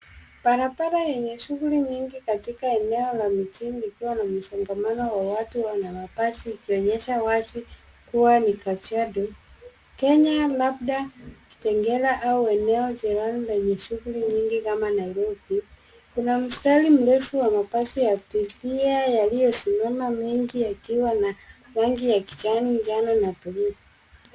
Barabara yenye shughuli nyingi katika eneo ya mjini likiwa na magari na msongamano wa watu na basi ikionyesha wazi kuwa ni kajiado, Kenya, labda Kitengela au aenoe jirani lenye shughuli nyingi kama Nairobi. Kuna mstari mrefu wa magari ya abiria yaliyosimama, mengi yakiwa na rangi ya kijani, njano na buluu